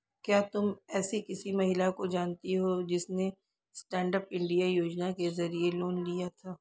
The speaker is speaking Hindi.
क्या तुम एसी किसी महिला को जानती हो जिसने स्टैन्डअप इंडिया योजना के जरिए लोन लिया था?